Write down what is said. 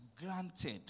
granted